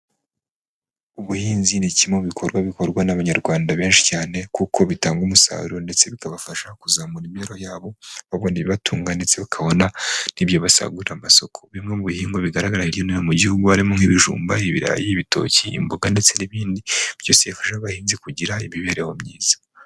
Ubuhinzi ni kimwe mu bikorwa bikorwa n'abanyarwanda benshi cyane, kuko bitanga umusaruro ndetse bikabafasha kuzamura imibereho yabo, babona ibibatunga ndetse bakabona n'ibyo basagurira amasoko, bimwe mu bihingwa bigaragara hirya no hino mu gihugu harimo nk'ibijumba, ibirayi, ibitoki, imboga, ndetse n'ibindi byose bifasha abahinzi kugira imibereho myiza.